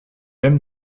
aimes